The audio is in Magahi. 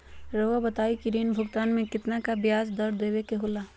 रहुआ बताइं कि ऋण भुगतान में कितना का ब्याज दर देवें के होला?